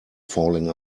falling